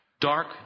Dark